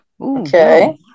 Okay